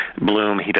Bloom